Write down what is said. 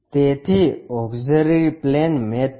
તેથી auxiliary plane method